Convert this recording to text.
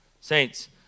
Saints